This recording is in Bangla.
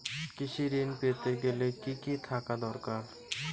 কৃষিঋণ পেতে গেলে কি কি থাকা দরকার?